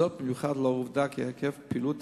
וזאת במיוחד לאור העובדה כי היקף פעילות